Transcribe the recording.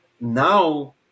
Now